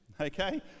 okay